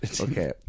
Okay